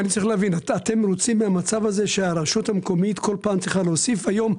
אתם רוצים שהרשות המקומית כל פעם צריכה להוסיף היום?